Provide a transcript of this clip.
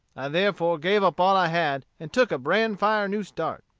i therefore gave up all i had, and took a bran-fire new start.